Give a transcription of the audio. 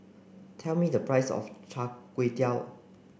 tell me the price of Cha Kway Tow